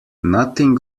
nothing